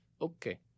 Okay